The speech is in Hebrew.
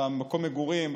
במקום מגורים,